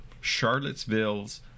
Charlottesville's